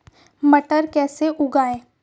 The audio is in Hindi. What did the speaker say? मटर कैसे उगाएं?